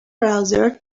browser